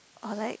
or like